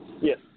Yes